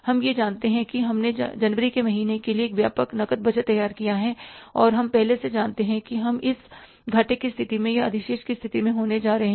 हम यह जानते हैं कि हमने जनवरी के महीने के लिए एक व्यापक नकद बजट तैयार किया है और हम पहले से जानते हैं कि हम इस घाटे की स्थिति में या अधिशेष की स्थिति में होने जा रहे हैं